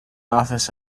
office